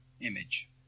image